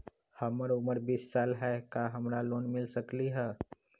हमर उमर बीस साल हाय का हमरा लोन मिल सकली ह?